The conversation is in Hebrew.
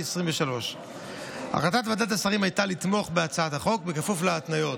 2023. החלטת ועדת השרים הייתה לתמוך בהצעת החוק בכפוף להתניות,